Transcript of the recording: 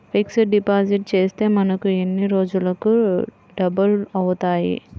Fixed deposit చేస్తే మనకు ఎన్ని రోజులకు డబల్ అవుతాయి?